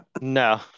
no